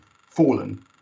fallen